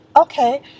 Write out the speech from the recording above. Okay